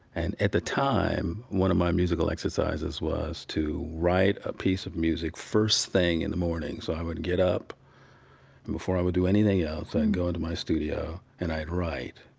and at the time, one of my musical exercises was to write a piece of music first thing in the morning. so i would get up and before i would do anything else, i'd and go into my studio and i'd write.